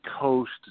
Coast